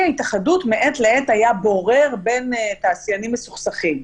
ההתאחדות מעת לעת היה בורר בין תעשיינים מסוכסכים.